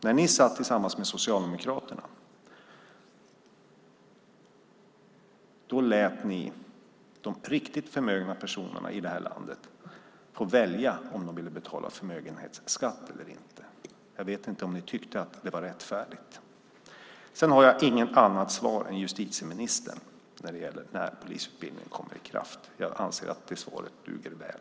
När ni satt tillsammans med Socialdemokraterna lät ni de riktigt förmögna personerna i landet få välja om de ville betala förmögenhetsskatt eller inte. Jag vet inte om ni tyckte att det var rättfärdigt. Jag har inget annat svar än justitieministern när det gäller när polisutbildningen kommer i kraft. Jag anser att det svaret duger väl.